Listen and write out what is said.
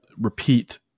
repeat